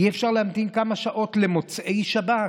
אי-אפשר להמתין כמה דקות למוצאי שבת?